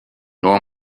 nor